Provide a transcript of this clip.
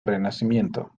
renacimiento